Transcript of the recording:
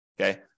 Okay